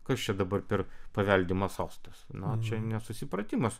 kas čia dabar per paveldimas sostas na čia nesusipratimas